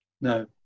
No